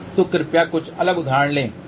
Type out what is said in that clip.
तो कृपया कुछ अलग उदाहरण लें और कुछ गणना करें